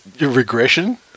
regression